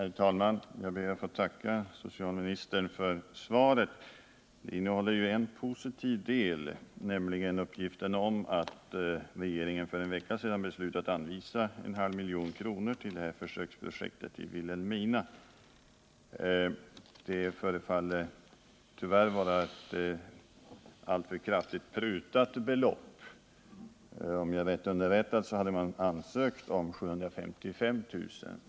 Herr talman! Jag ber att få tacka socialministern för svaret på min fråga. Det innehåller ju en positiv del, nämligen uppgifterna om att regeringen för en vecka sedan beslutat anvisa en halv miljon kronor till försöksprojektet i Vilhelmina. Det förefaller tyvärr vara ett alltför kraftigt prutat belopp. Om jag är riktigt underrättad, hade man ansökt om 755 000 kr.